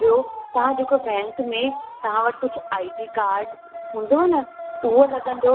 ॿियों तव्हां जेको बैंक में तव्हां वटि कुझु आइडी काड हूंदव न उहो लॻंदो